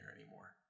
anymore